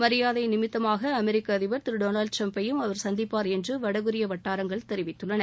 மரியாதை நியமித்தமாக அமெரிக்க அதிபர் திரு டொளால்டு டிரம்பையும் அவர் சந்திப்பார் என்று வடகொரிய வட்டாரங்கள் தெரிவித்துள்ளன